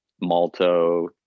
malto